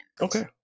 Okay